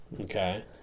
Okay